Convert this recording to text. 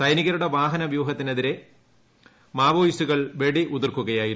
സൈനികരുടെ വാഹന വ്യൂഹത്തിനെതിരെ മാവോയിസ്റ്റുകൾ വെടി ഉതിർക്കുകയായിരുന്നു